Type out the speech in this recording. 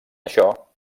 això